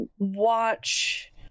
watch